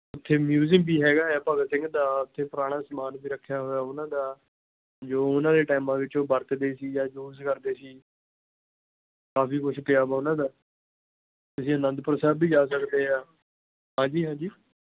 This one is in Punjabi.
ਉੱਥੇ ਮਿਊਜ਼ਅਮ ਵੀ ਹੈਗਾ ਆ ਭਗਤ ਸਿੰਘ ਦਾ ਉੱਥੇ ਪੁਰਾਣਾ ਸਮਾਨ ਵੀ ਰੱਖਿਆ ਹੋਇਆ ਉਹਨਾਂ ਦਾ ਜੋ ਉਹਨਾਂ ਦੇ ਟਾਈਮਾਂ ਵਿੱਚੋਂ ਵਰਤਦੇ ਸੀ ਜਾਂ ਯੂਜ਼ ਕਰਦੇ ਸੀ ਕਾਫੀ ਕੁਛ ਪਿਆ ਵਾ ਉਹਨਾਂ ਦਾ ਤੁਸੀਂ ਅਨੰਦਪੁਰ ਸਾਹਿਬ ਵੀ ਜਾ ਸਕਦੇ ਆਂ ਹਾਂਜੀ ਹਾਂਜੀ